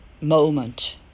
moment